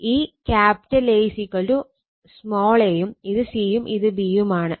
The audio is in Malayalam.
ഈ A a യും ഇത് c യും ഇത് b യും ആണ്